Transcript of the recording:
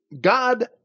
God